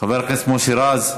חבר הכנסת מוסי רז,